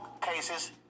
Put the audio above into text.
cases